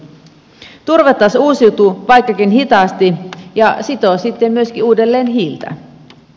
turve taas uusiutuu vaikkakin hitaasti ja sitoo sitten myöskin uudelleen hiiltä